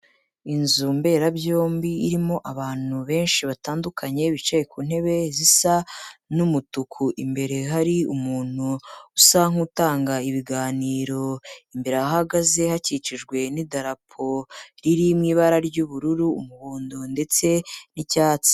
Inzu mberabyombi irimo abantu benshi batandukanye, bicaye ku ntebe zisa n'umutuku, imbere hari umuntu usa nk'utanga ibiganiro imbere aho ahagaze hakikijwe n'idarapo riri mu ibara ry'ubururu, umuhondo ndetse n'icyatsi.